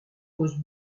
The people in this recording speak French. pose